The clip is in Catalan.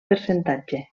percentatge